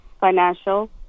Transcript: financial